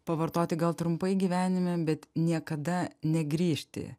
pavartoti gal trumpai gyvenime bet niekada negrįžti